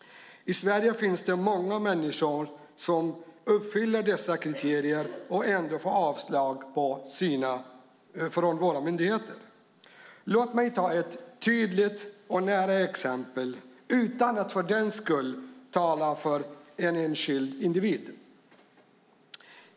I Sverige finns det många människor som uppfyller dessa kriterier och ändå får avslag av våra myndigheter. Låt mig ta ett tydligt och nära exempel utan att för den skull tala för en enskild individ.